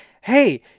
hey